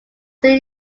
seen